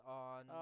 on